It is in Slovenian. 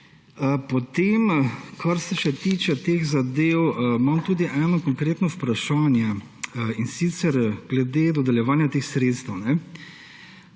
Potem kar se še tiče teh zadev, imam tudi eno konkretno vprašanje, in sicer glede dodeljevanja teh sredstev.